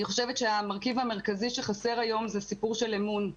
אני חושבת שהמרכיב המרכזי שחסר היום הוא סיפור של אמון.